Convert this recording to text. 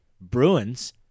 Bruins